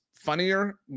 funnier